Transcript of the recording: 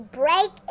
break